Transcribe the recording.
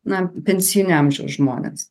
na pensinio amžiaus žmonės